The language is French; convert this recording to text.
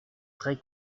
très